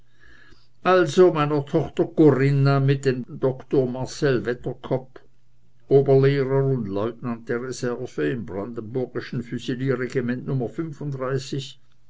also meiner tochter corinna mit dem doktor marcell wedderkopp oberlehrer und lieutenant der reserve im brandenburgischen füsilierregiment